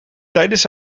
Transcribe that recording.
tijdens